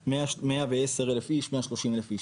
110,000 איש, 130,000 איש.